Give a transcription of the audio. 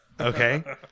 Okay